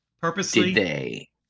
purposely